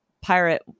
pirate